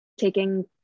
taking